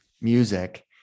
music